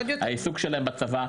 העיסוק שלהם בצבא,